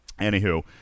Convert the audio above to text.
anywho